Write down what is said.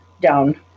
down